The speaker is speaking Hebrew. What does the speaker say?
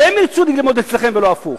שהם ירצו ללמוד אצלכם ולא הפוך.